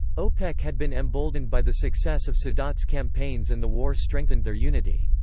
opec had been emboldened by the success of sadat's campaigns and the war strengthened their unity.